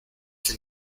que